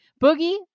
Boogie